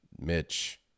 Mitch